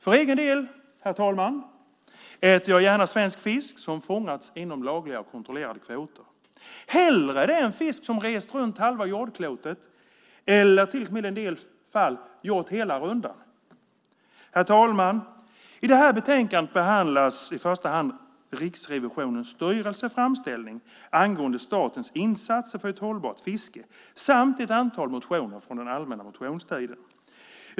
För egen del, herr talman, äter jag hellre svensk fisk som fångats inom lagliga och kontrollerade kvoter än fisk som rest runt halva jordklotet eller till och med i en del fall gjort hela rundan. Herr talman! I det här betänkandet behandlas i första hand Riksrevisionens styrelses framställning angående statens insatser för ett hållbart fiske samt ett antal motioner från den allmänna motionstiden.